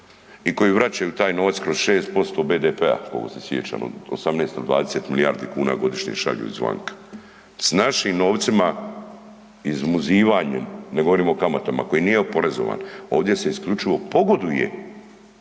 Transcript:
i koji vraćaju taj novac kroz 6% BDP-a koliko se sjećam 18 ili 20 milijardi kuna godišnje šalju izvanka s našim novcima izmuzivanjem, ne govorim o kamatama koji nije oporezovan. Ovdje se isključivo pogoduje